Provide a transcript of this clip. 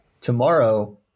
Tomorrow